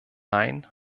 nein